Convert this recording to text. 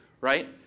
right